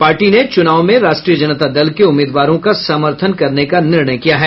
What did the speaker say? party ने चुनाव में राष्ट्रीय जनता दल के उम्मीदवारों का समर्थन करने का निर्णय किया है